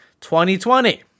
2020